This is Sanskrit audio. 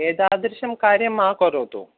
एतादृशं कार्यं मा करोतु